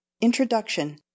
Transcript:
Introduction